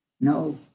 No